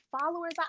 followers